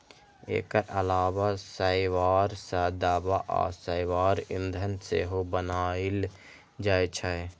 एकर अलावा शैवाल सं दवा आ शैवाल ईंधन सेहो बनाएल जाइ छै